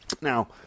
Now